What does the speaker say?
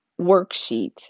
worksheet